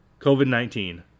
COVID-19